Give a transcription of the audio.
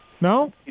No